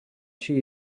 she